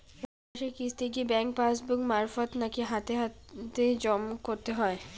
মাসিক কিস্তি কি ব্যাংক পাসবুক মারফত নাকি হাতে হাতেজম করতে হয়?